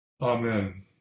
Amen